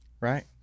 Right